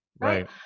right